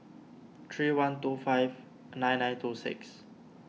three one two five nine nine two six